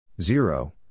zero